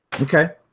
Okay